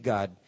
God